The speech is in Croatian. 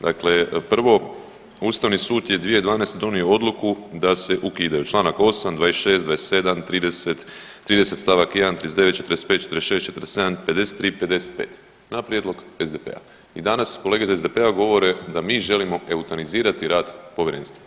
Dakle, prvo Ustavni sud je 2012. donio odluku da se ukidaju čl. 8., 26., 27., 30., 30. st. 1., 39., 45., 46., 47., 53., 55. na prijedlog SDP-a i danas kolege iz SDP-a govore da mi želimo eutanazirati rad povjerenstva.